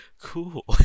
cool